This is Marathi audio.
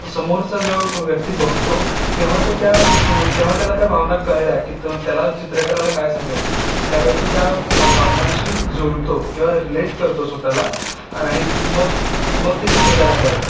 समोरचा जेव्हा व्यक्ती बघतो तेव्हा तो त्या तेव्हा त्याला त्या भावना कळल्या की तो त्याला चित्रकाराला काय सांगायचं आहे त्यावेळी तो त्या भावनांशी जुळतो किंवा रिलेट करतो स्वतःला आणि मग मग ते चित्र त्याला कळतं